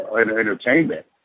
entertainment